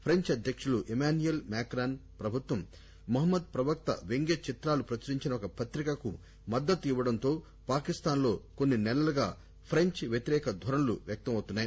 French అధ్యకులు Emmanuel Macron ప్రభుత్వం మహమ్మద్ ప్రవక్త వ్యంగ్య చిత్రాలు ప్రచురించిన ఒక పత్రికకు మద్దుతు ఇవ్వడంతో పాకిస్టాన్ లో కొన్ని సెలలుగా ఫ్రెంచ్ వ్యతిరేక దోరణులు వ్యక్తం అవుతున్నాయి